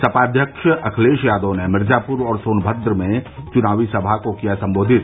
सपा अध्यक्ष अखिलेश यादव ने मिर्जापुर और सोनभद्र में चुनावी सभा को किया सम्बोधित